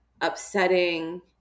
upsetting